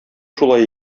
шулай